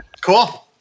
Cool